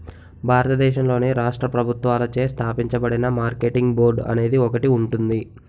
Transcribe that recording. భారతదేశంలోని రాష్ట్ర ప్రభుత్వాలచే స్థాపించబడిన మార్కెటింగ్ బోర్డు అనేది ఒకటి ఉంటుంది